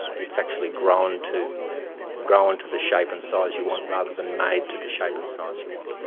it actually grown to grown to the shape and size you want rather than made to the shape and size you want.